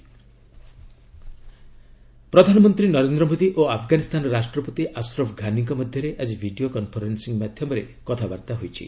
PM Afghan prez ପ୍ରଧାନମନ୍ତ୍ରୀ ନରେନ୍ଦ୍ର ମୋଦୀ ଓ ଆଫ୍ଗାନିସ୍ତାନ ରାଷ୍ଟ୍ରପତି ଆଶ୍ରଫ୍ ଘାନିଙ୍କ ମଧ୍ୟରେ ଆଜି ଭିଡ଼ିଓ କନ୍ଫରେନ୍ନିଂ ମାଧ୍ୟମରେ କଥାବାର୍ତ୍ତା ହୋଇଛି